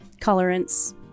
colorants